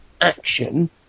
action